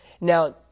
Now